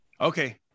Okay